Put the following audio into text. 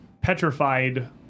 petrified